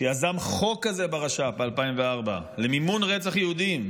שיזם חוק כזה ברש"פ ב-2004 למימון רצח יהודים,